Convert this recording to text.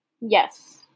Yes